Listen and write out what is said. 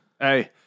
Hey